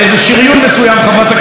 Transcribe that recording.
לכאן באיזה שריון מסוים,